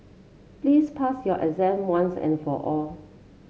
please pass your exam once and for all